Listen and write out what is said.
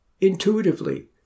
intuitively